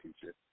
teacher